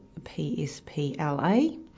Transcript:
PSPLA